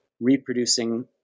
reproducing